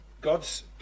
God's